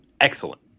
excellent